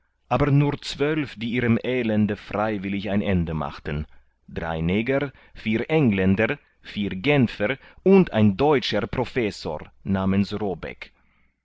aber nur zwölf die ihrem elende freiwillig ein ende machten drei neger vier engländer vier genfer und ein deutscher professor namens robeck